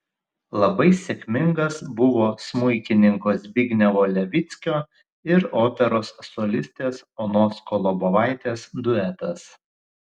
labai sėkmingas buvo smuikininko zbignevo levickio ir operos solistės onos kolobovaitės duetas